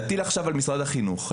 להטיל עכשיו על משרד החינוך,